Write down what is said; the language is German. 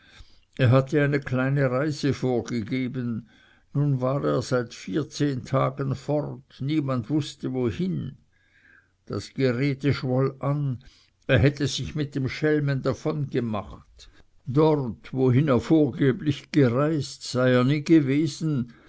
er hatte eine kleine reise vorgegeben nun war er seit vierzehn tagen fort niemand wußte wohin das gerede schwoll an er hätte sich mit dem schelmen davongemacht dort wohin er vorgeblich gereist sei er nie gewesen